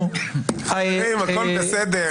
חברים, הכול בסדר.